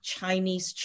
Chinese